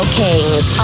kings